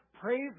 praise